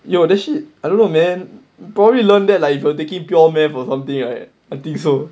yo that shit I don't know man probably learnt that like if you are taking pure mathematics or something right I think so